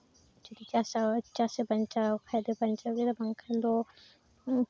ᱡᱩᱫᱤ ᱪᱟᱥ ᱟᱵᱟᱫ ᱪᱟᱥ ᱮ ᱵᱟᱧᱪᱟᱣ ᱠᱷᱟᱡ ᱫᱚ ᱵᱟᱧᱪᱟᱣ ᱠᱮᱫᱟ ᱵᱟᱝᱠᱷᱟᱱ ᱫᱚ